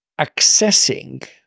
accessing